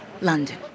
London